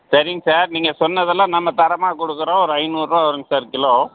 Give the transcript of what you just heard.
சரிங்க சார் நீங்கள் சொன்னதெல்லாம் நம்ம தரமாக கொடுக்கறோம் ஒரு ஐந்நூறுரூவா வருங்க சார் கிலோ